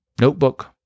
notebook